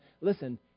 Listen